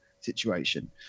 situation